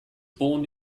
born